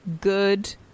good